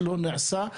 לא נעשה.